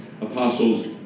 apostles